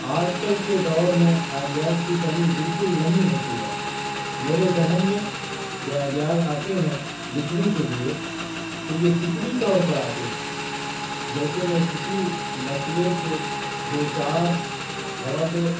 آج کل کے دور میں آئیڈیاز کی کمی بالکل نہیں ہوتی ہے میرے ذہن میں جو آئیڈیاز آتے ہیں لکھنے کے لیے تو یہ فطری طور پر آتے ہیں جیسے میں کسی مسئلے کے دوچار ہوا تو